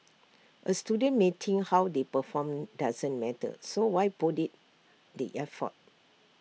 A student may think how they perform doesn't matter so why put IT the effort